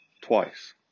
twice